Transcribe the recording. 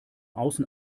außen